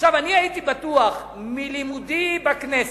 אני הייתי בטוח, מלימודי בכנסת,